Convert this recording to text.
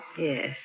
Yes